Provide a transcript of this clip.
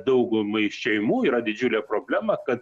daugumai šeimų yra didžiulė problema kad